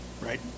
right